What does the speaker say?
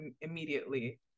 immediately